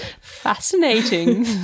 Fascinating